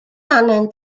angen